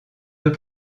deux